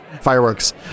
fireworks